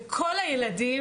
וכל הילדים,